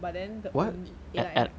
but then the on~ allied health